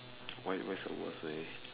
what what what is the worst way